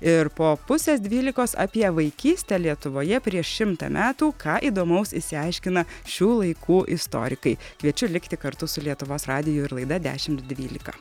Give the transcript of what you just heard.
ir po pusės dvylikos apie vaikystę lietuvoje prieš šimtą metų ką įdomaus išsiaiškino šių laikų istorikai kviečiu likti kartu su lietuvos radiju ir laida dešimt dvylika